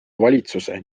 valitsuse